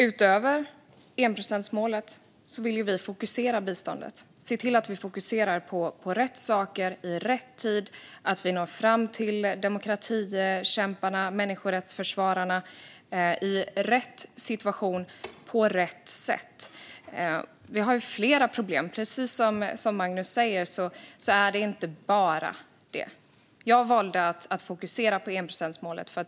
Fru talman! Utöver enprocentsmålet vill vi fokusera biståndet. Vi vill se till att vi fokuserar på rätt saker i rätt tid, att vi når fram till demokratikämparna och människorättsförsvararna i rätt situation och på rätt sätt. Vi har flera problem. Precis som Magnus Ek säger är det inte bara det. Jag valde att fokusera på enprocentsmålet.